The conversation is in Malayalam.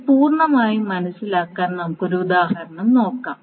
ഇത് പൂർണ്ണമായും മനസ്സിലാക്കാൻ നമുക്ക് ഒരു ഉദാഹരണം നോക്കാം